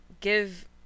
give